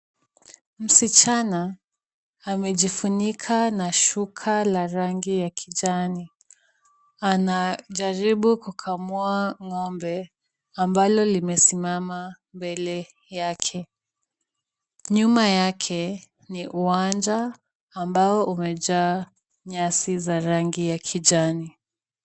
Msichana amejifunika na shuka la rangi ya kijani. Anajaribu kukamua ng'ombe ambalo limesimama mbele yake. Nyuma yake ni uwanja ambao umejaa nyasi za rangi ya kijani.